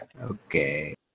Okay